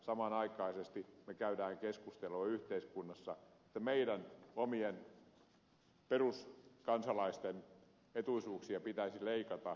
samanaikaisesti me käymme yhteiskunnassa keskustelua että meidän omien peruskansalaistemme etuisuuksia pitäisi leikata